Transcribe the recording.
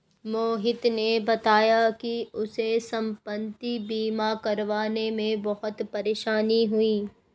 मोहित ने बताया कि उसे संपति बीमा करवाने में बहुत परेशानी हुई